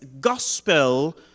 gospel